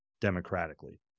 democratically